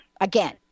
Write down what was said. again